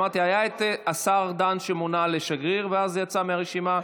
אמרתי שהיה את השר ארדן שמונה לשגריר ואז יצא מהרשימה.